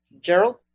Gerald